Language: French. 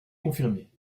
confirmée